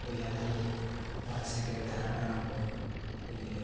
ᱵᱮᱡᱷᱟ ᱛᱩᱧ first second third ᱟᱨ ᱚᱠᱚᱭ ᱠᱚ ᱤᱭᱟᱹᱭᱟ